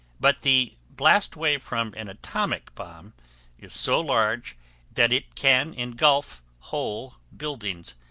but the blast wave from an atomic bomb is so large that it can engulf whole buildings,